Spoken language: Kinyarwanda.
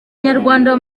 nyarwanda